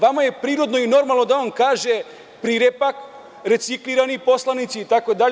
Vama je prigodno i normalno da on kaže – prirepak, reciklirani poslanici itd.